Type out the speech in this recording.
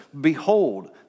behold